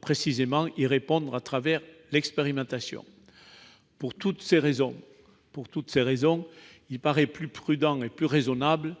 précisément, il entendait y répondre à travers cette expérimentation. Pour toutes ces raisons, il paraît plus prudent et raisonnable